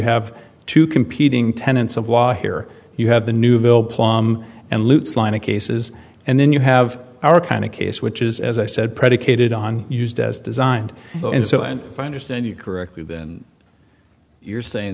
have two competing tenets of law here you have the newville plumb and loose line of cases and then you have our kind of case which is as i said predicated on used as designed so and by understand you correctly then you're saying